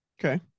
okay